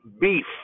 beef